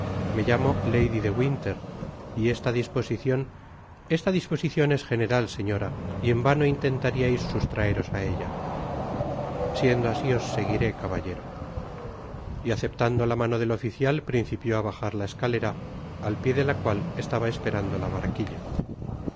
me llamo lady de winter y esta disposicion rsta disposicion es general señora y en vano intentariais sustraeros á ella siendo asi os seguiré caballero y aceptando la mano del oficial principió á bajar la escalera al pié de la cual estaba esperando la barquilla